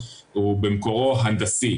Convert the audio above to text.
הוא במקורו הנדסי,